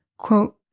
Quote